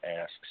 asks